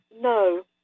No